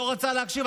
לא רוצה להקשיב.